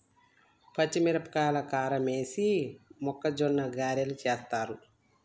పచ్చిమిరపకాయల కారమేసి మొక్కజొన్న గ్యారలు చేస్తారు